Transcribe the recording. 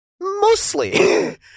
mostly